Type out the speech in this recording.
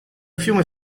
fiume